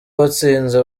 abatsinze